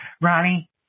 Ronnie